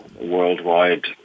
worldwide